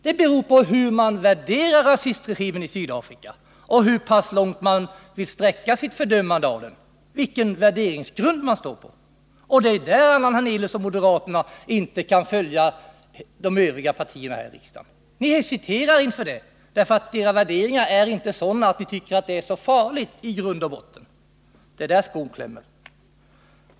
Det beror på hur man värderar rasistregimen i Sydafrika och hur pass långt man vill sträcka sig i sitt fördömande av den — vilken värderingsgrund man står på. Det är där, Allan Hernelius, som moderaterna inte kan följa de övriga partierna här i riksdagen. Ni hesiterar inför det, för era värderingar är inte sådana att ni tycker att det är så farligt i grund och botten. Det är där skon klämmer.